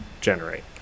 generate